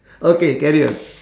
okay carry on